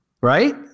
right